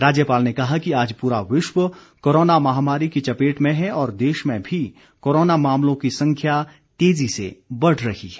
राज्यपाल ने कहा कि आज पूरा विश्व कोरोना महामारी की चपेट में है और देश में भी कोरोना मामलों की संख्या तेज़ी से बढ़ रही है